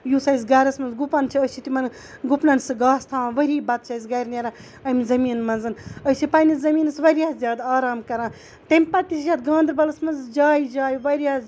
یُس اَسہِ گَرَس منٛز گُپَن چھِ أسۍ چھِ تِمَن گُپنَن سُہ گاسہٕ تھاوان ؤری بتہٕ چھُ اَسہِ گَرِ نیران اَمہِ زٔمیٖن منٛز أسۍ چھِ پنٛںِس زٔمیٖنَس واریاہ زیادٕ آرام کَران تمہِ پَتہٕ چھِ یَتھ گاندَربَلَس منٛز جایہِ جایہِ واریاہ